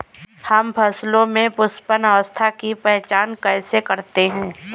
हम फसलों में पुष्पन अवस्था की पहचान कैसे करते हैं?